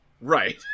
Right